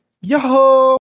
Yo